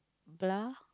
blah